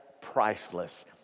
priceless